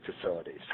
facilities